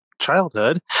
childhood